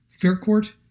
Faircourt